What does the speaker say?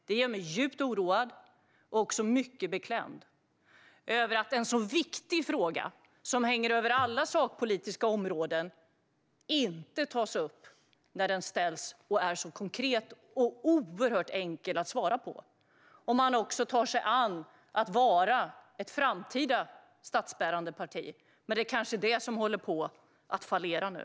Det gör mig djupt oroad och mycket beklämd att en så viktig fråga, som hänger över alla sakpolitiska områden, inte tas upp när den ställs och är så konkret och oerhört enkel att svara på. Tar man sig an att vara ett framtida statsbärande parti? Det är kanske det som håller på att fallera nu.